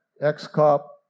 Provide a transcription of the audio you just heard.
ex-cop